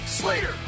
Slater